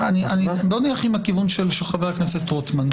נלך עם הכיוון של חבר הכנסת רוטמן,